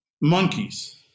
monkeys